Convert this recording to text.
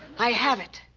i have it.